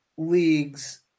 leagues